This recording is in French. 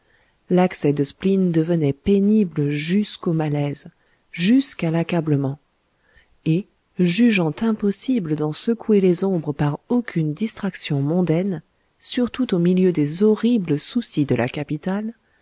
l'accès de spleen devenait pénible jusqu'au malaise jusqu'à l'accablement et jugeant impossible d'en secouer les ombres par aucune distraction mondaine surtout au milieu des horribles soucis de la capitale